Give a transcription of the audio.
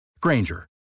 Granger